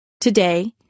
Today